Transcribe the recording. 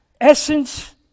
essence